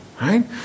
Right